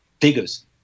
figures